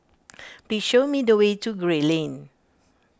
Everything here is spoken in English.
please show me the way to Gray Lane